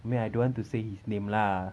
I mean I don't want to say his name lah